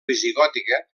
visigòtica